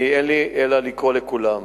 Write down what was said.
אין לי אלא לקרוא לכולם: